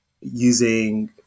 using